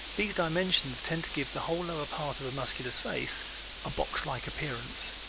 these dimensions tend to give the whole lower part of the muscular's face a box-like appearance.